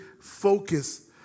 focus